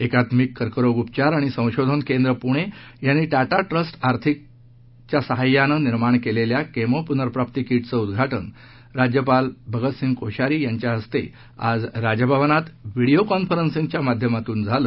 एकात्मिक कर्करोग उपचार आणि संशोधन केंद्र पुणे यांनी टाटा ट्रस्ट आर्थिक साहाय्यानं निर्माण केलेल्या केमो पुनर्प्राप्ती किटचं उद्घाटन राज्यपालांच्या हस्ते आज राजभवन क्विं व्हिडिओ कॉन्फरन्सिंगच्या माध्यमातून करण्यात आलं